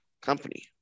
company